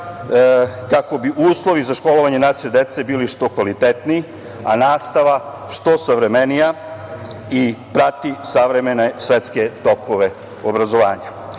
kako bi uslovi za školovanje naše dece bili što kvalitetniji, a nastava što savremenija i prati savremene svetske tokove obrazovanja. To